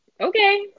okay